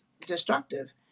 destructive